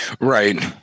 Right